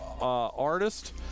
artist